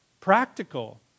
practical